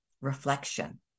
reflection